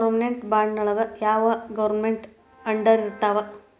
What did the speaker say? Government ಬಾಂಡ್ಗಳು ಯಾವ್ government ಅಂಡರಿರ್ತಾವ?